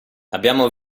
abbiamo